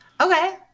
Okay